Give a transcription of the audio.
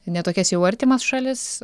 ne tokias jau artimas šalis